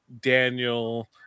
Daniel